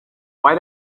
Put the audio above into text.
why